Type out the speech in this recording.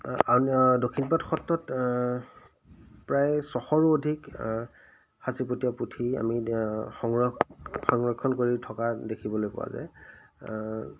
দক্ষিণপাট সত্ৰত প্ৰায় ছশৰো অধিক সাঁচিপুটীয়া পুথি আমি সংৰক্ষ সংৰক্ষণ কৰি থকা দেখিবলৈ পোৱা যায়